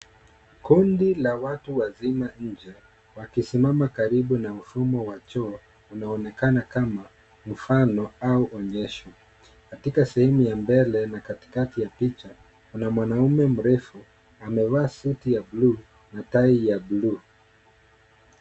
Kundi la watu wakiwa nje wakisimama karibu na mfumo wa choo unaonekana kama mfano au onyesho. Katika sehemu ya mbele na katikati ya picha, kuna mwanaume mrefu amevaa suti ya bluu na tai ya bluu.